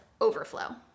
overflow